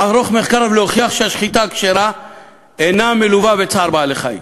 לערוך מחקר ולהוכיח שהשחיטה הכשרה אינה מלווה בצער בעלי-חיים,